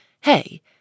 Hey